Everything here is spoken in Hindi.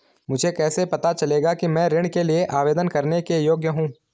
मुझे कैसे पता चलेगा कि मैं ऋण के लिए आवेदन करने के योग्य हूँ?